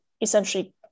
essentially